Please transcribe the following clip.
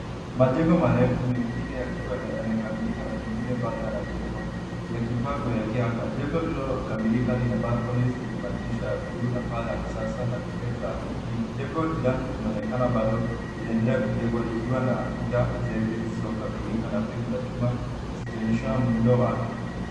Majengo marefu mengine yakiwa yamekamilika na mengine bado yanajengwa yakipaa kuelekea anga. Jengo lililokamilika lina balconies zenye madirisha ya bluu na paa la kisasa na vigae za kijivu. Jengo jirani linaonekana bado linaendelea kujengwa likiwa na kuta zilizokamilika na fremu za chuma zikionyesha muundo wake.